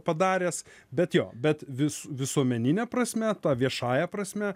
padaręs bet jo bet vis visuomenine prasme ta viešąja prasme